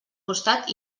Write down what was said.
costat